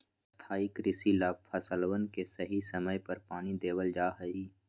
स्थाई कृषि ला फसलवन के सही समय पर पानी देवल जा हई